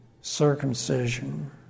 circumcision